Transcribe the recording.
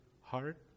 heart